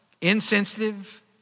insensitive